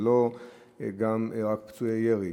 זה לא רק פצועי ירי.